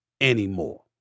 anymore